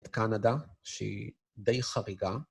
קנדה שהיא די חריגה.